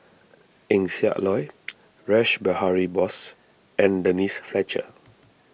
Eng Siak Loy Rash Behari Bose and Denise Fletcher